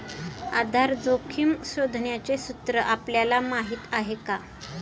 आधार जोखिम शोधण्याचे सूत्र आपल्याला माहीत आहे का?